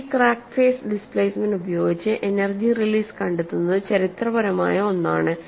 ഈ crack face displacement ഉപയോഗിച്ച് energy release കണ്ടെത്തുന്നത് ചരിത്രപരമായ ഒന്നാണ്